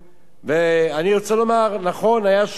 אני רוצה לומר, נכון, היה שוטר אחד